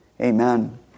Amen